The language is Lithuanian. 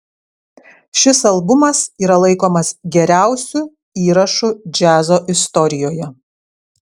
šis albumas yra laikomas geriausiu įrašu džiazo istorijoje